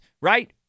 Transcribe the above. right